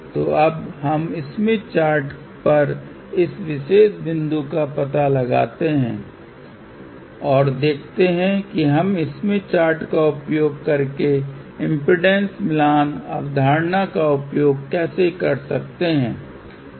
तो अब हम स्मिथ चार्ट पर इस विशेष बिंदु का पता लगाते हैं और देखते हैं कि हम स्मिथ चार्ट का उपयोग करके इम्पीडेन्स मिलान अवधारणा का उपयोग कैसे कर सकते हैं